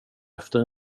efter